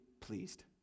pleased